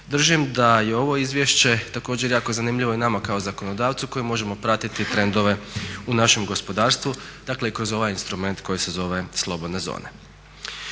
Držim da je ovo izvješće također jako zanimljivo i nama kao zakonodavcu koji možemo pratiti trendove u našem gospodarstvu, dakle kroz ovaj instrument koji se zove slobodne zone.